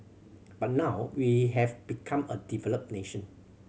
but now we have become a developed nation